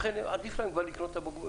לכן עדיף להם כבר לקנות את הבקבוק הקטן.